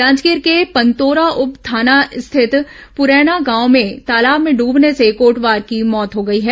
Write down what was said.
जांजगीर के पंतोरा उप थाना स्थित पुरैना गांव में तालाब में डूबने से कोटवार की मौत हो गई है